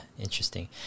interesting